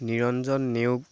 Niranjan Neog